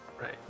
Right